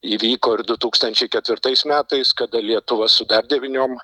įvyko ir du tūkstančiai ketvirtais metais kada lietuva su dar devyniom